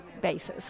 basis